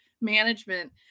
management